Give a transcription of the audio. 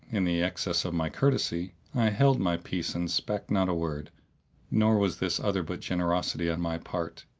in the excess of my courtesy, i held my peace and spake not a word nor was this other but generosity on my part.